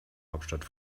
hauptstadt